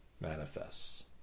manifests